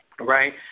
Right